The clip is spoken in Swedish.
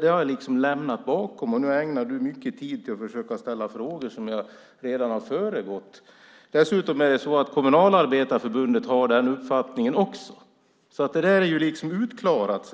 det har jag liksom lämnat bakom mig. Nu ägnar du mycket tid åt att försöka ställa frågor som jag redan har föregått. Dessutom har Kommunalarbetareförbundet samma uppfattning, så det är liksom utklarat.